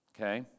Okay